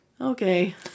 okay